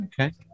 Okay